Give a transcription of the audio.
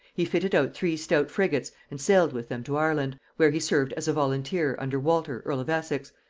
he fitted out three stout frigates and sailed with them to ireland, where he served as a volunteer under walter earl of essex,